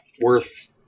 worth